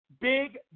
Big